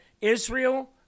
Israel